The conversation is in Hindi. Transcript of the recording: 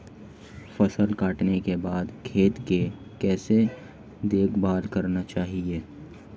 फसल काटने के बाद खेत की कैसे देखभाल करनी चाहिए?